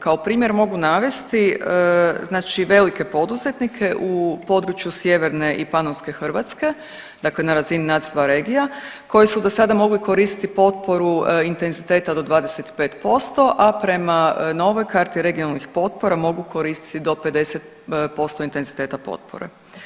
Kao primjer mogu navesti velike poduzetnike u području Sjeverne i Panonske Hrvatske, dakle na razini NUTS 2 regija koji su do sada mogli koristiti potporu intenziteta do 25%, a prema novoj karti regionalnih potpora mogu koristiti do 50% intenziteta potpore.